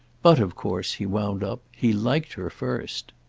but of course, he wound up, he liked her first.